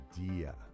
idea